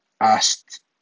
asked